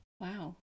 wow